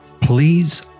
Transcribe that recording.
please